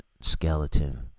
skeleton